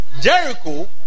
Jericho